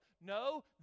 No